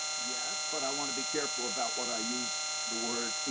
yes, but i want to be careful about what i use the word.